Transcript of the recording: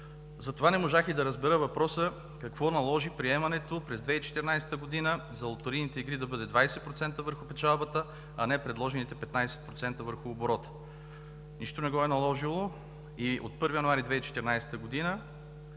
Затова не можах да разбера въпроса „Какво наложи приемането през 2014 г. за лотарийните игри да бъде 20% върху печалбата, а не предложените 15% върху оборота?“ Нищо не го е наложило и от 1 януари 2014 г.